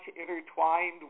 intertwined